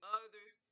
others